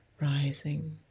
rising